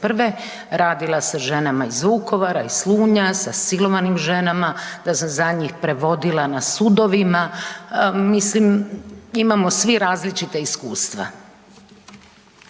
radila sa ženama iz Vukovara, iz Slunja, sa silovanim ženama, da sam za njih prevodila na sudovima, mislim imamo svi različita iskustva.